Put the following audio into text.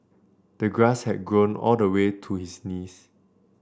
the grass had grown all the way to his knees